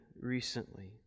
recently